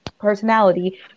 personality